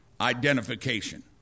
identification